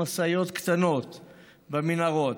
למשאיות קטנות במנהרות.